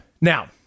Now